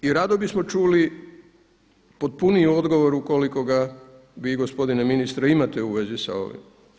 I rado bismo čuli potpuniji odgovor ukoliko ga vi gospodine ministre imate u vezi sa ovime.